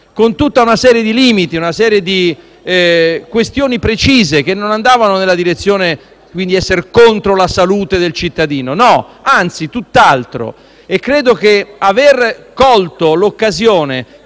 con tutta una serie di limiti e questioni precise che non andavano nella direzione di essere contro la salute del cittadino. No anzi, tutt’altro. Si è colta - credo l’occasione